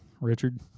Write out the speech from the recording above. Richard